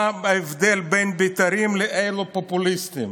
מה ההבדל בין הבית"רים לבין אלו הפופוליסטיים?